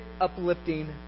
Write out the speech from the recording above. uplifting